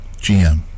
GM